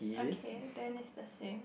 okay then is the same